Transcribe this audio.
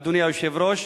אדוני היושב-ראש,